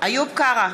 איוב קרא,